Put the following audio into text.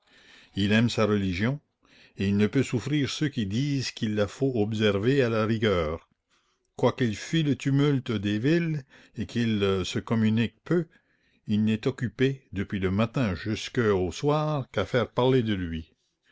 il aime sa religion et il ne peut souffrir ceux qui disent qu'il la faut observer à la rigueur quoiqu'il fuie le tumulte des villes et qu'il se communique peu il n'est occupé depuis le matin jusques au soir qu'à faire parler de lui